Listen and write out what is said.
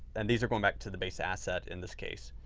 and these are going back to the base asset in this case.